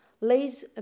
lays